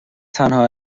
تنها